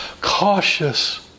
cautious